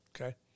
Okay